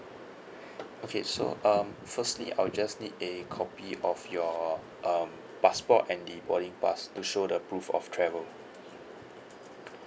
okay so um firstly I'll just need a copy of your um passport and the boarding pass to show the proof of travel